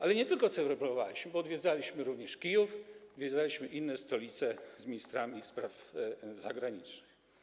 Ale nie tylko celebrowaliśmy, bo odwiedzaliśmy również Kijów, odwiedzaliśmy inne stolice z ministrami spraw zagranicznych.